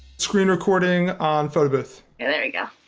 screen recording on photo booth. and there we go.